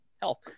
hell